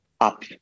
up